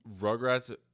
rugrats